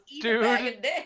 dude